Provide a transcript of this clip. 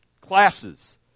classes